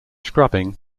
scrubbing